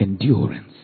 Endurance